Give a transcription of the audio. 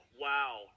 wow